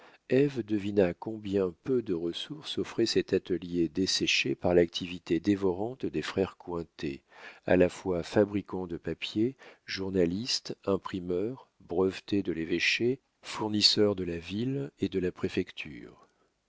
devina combien peu de ressources offrait cet atelier desséché par l'activité dévorante des frères cointet à la fois fabricants de papier journalistes imprimeurs brevetés de l'évêché fournisseurs de la ville et de la préfecture